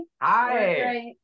Hi